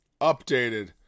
Updated